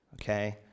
Okay